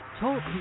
talk